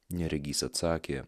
neregys atsakė